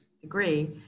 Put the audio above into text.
degree